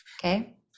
Okay